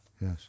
Yes